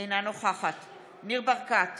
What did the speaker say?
אינה נוכחת ניר ברקת,